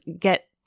get